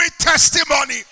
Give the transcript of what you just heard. testimony